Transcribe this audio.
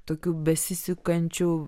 tokiu besisukančiu